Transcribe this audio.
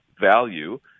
value